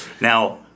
Now